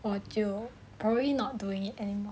我就 probably not doing it anymore